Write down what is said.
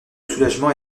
soulagement